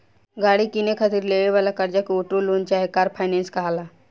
गाड़ी किने खातिर लेवे वाला कर्जा के ऑटो लोन चाहे कार फाइनेंस कहाला